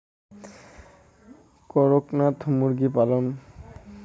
করকনাথ মুরগি পালন?